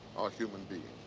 human beings.